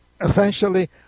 essentially